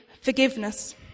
forgiveness